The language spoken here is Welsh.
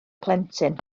plentyn